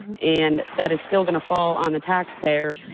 and that is still going to fall on the taxpayer,